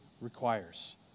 requires